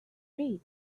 read